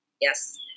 Yes